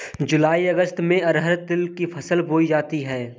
जूलाई अगस्त में अरहर तिल की फसल बोई जाती हैं